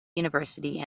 university